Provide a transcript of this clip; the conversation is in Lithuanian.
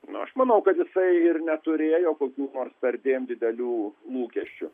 aš manau kad jisai ir neturėjo kokių nors perdėm didelių lūkesčių